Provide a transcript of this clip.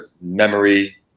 memory